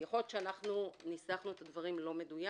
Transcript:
אז יכול להיות שניסחנו את הדברים לא מדויק